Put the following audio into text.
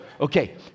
Okay